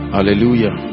Hallelujah